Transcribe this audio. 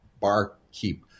barkeep